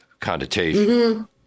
connotation